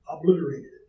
obliterated